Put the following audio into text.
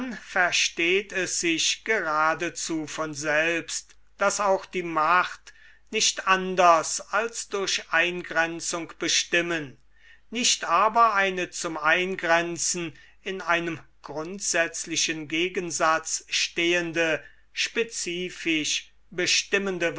versteht es sich geradezu von selbst daß auch die macht nicht anders als durch eingrenzung bestimmen nicht aber eine zum eingrenzen in einem grundsätzlichen gegensatz stehende spezifisch bestimmende